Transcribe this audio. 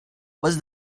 was